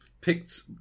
picked